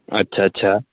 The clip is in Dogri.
अच्छा अच्छा